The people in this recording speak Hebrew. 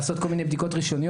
לעשות כל מיני בדיקות ראשוניות.